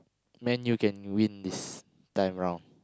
Man-U can win this time round